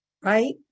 right